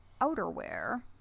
outerwear